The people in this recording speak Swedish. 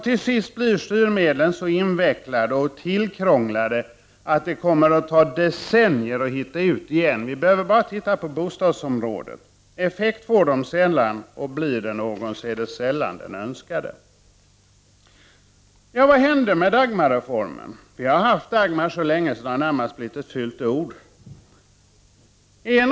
Till sist blir styrmedlen så invecklade och tillkrånglade att det kommer att ta decennier att hitta ut igen. Vi behöver bara titta på bostadsområdet. Effekt får styrmedlet sällan, och blir det någon är det sällan den önskade. Vad hände med Dagmarreformen? Vi har haft Dagmar så länge att det närmast har blivit ett fult ord.